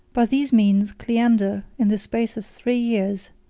by these means, cleander, in the space of three years,